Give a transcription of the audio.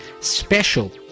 special